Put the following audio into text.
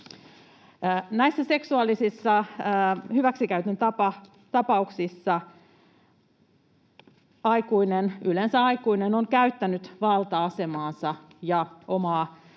Näissä seksuaalisen hyväksikäytön tapauksissa aikuinen — yleensä aikuinen — on käyttänyt valta-asemaansa ja omaa